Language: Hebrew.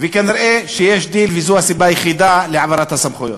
וכנראה יש דיל, וזו הסיבה היחידה להעברת הסמכויות.